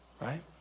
right